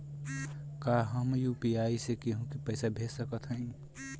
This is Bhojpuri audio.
का हम यू.पी.आई से केहू के पैसा भेज सकत हई?